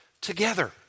together